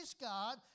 God